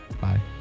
Bye